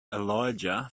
elijah